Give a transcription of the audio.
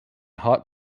hot